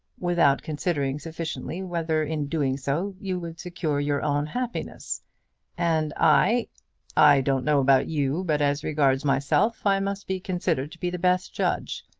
without considering sufficiently whether in doing so you would secure your own happiness and i i don't know about you, but as regards myself i must be considered to be the best judge.